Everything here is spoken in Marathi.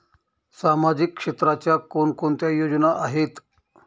सामाजिक क्षेत्राच्या कोणकोणत्या योजना आहेत?